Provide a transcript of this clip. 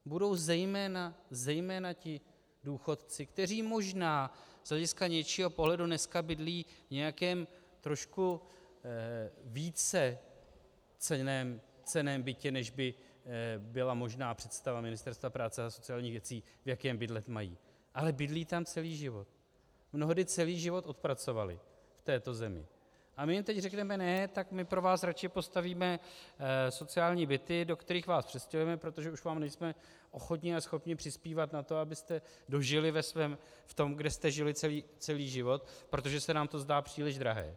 Budou zejména ti důchodci, kteří možná z hlediska něčího pohledu dneska bydlí v nějakém trošku více cenném bytě, než by byla možná představa Ministerstva práce a sociálních věcí, v jakém bydlet mají, ale bydlí tam celý život, mnohdy celý život odpracovali v této zemi, a my jim teď řekneme ne, tak my pro vás radši postavíme sociální byty, do kterých vás přestěhujeme, protože už vám nejsme ochotni a schopni přispívat na to, abyste dožili v tom, kde jste žili celý život, protože se nám to zdá příliš drahé.